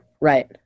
Right